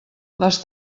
les